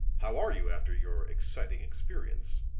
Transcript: how are you after your exciting experience?